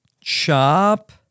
Chop